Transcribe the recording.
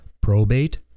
probate